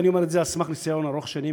ואני אומר את זה על סמך ניסיון ארוך שנים,